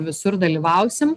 visur dalyvausim